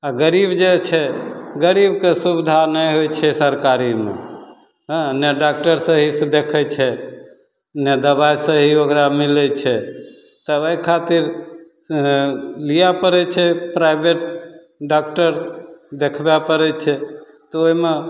आओर गरीब जे छै गरीबके सुविधा नहि होइ छै सरकारीमे नहि डाकटर सहीसे देखै छै नहि दवाइ सही ओकरा मिलै छै तऽ एहि खातिर ओहिमे लिए पड़ै छै प्राइवेट डाकटर देखबै पड़ै छै तऽ ओहिमे